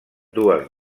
dues